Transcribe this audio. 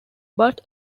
but